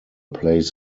plays